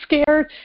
scared